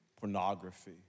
pornography